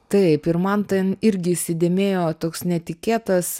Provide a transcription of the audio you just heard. taip ir man tai irgi įsidėmėjo toks netikėtas